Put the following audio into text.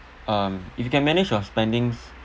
um if you can manage your spendings